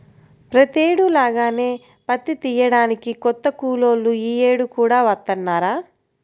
ప్రతేడు లాగానే పత్తి తియ్యడానికి కొత్త కూలోళ్ళు యీ యేడు కూడా వత్తన్నారా